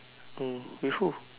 hmm with who